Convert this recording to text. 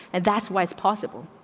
and that's why it's possible.